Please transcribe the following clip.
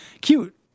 cute